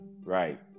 Right